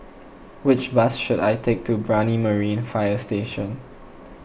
which bus should I take to Brani Marine Fire Station